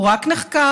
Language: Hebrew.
הוא רק נחקר,